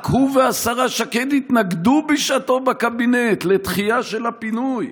רק הוא והשרה שקד התנגדו בשעתו בקבינט לדחייה של הפינוי.